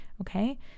okay